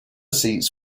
seats